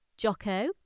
Jocko